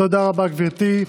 תודה רבה, גברתי.